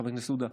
חבר הכנסת עודה,